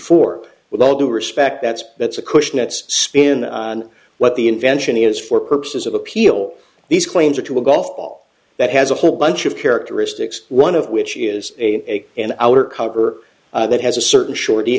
four with all due respect that's that's a cushion its spin on what the invention is for purposes of appeal these claims are to a golf ball that has a whole bunch of characteristics one of which is a an outer cover that has a certain s